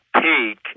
peak